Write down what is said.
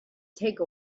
take